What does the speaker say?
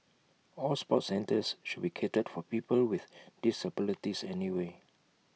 all sports centres should be catered for people with disabilities anyway